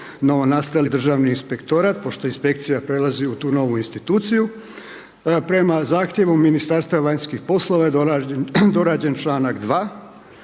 novonastali Državni inspektorat, pošto inspekcija prelazi u tu novu instituciju. Prema zahtjevu Ministarstva vanjskih poslova je dorađen članak 2.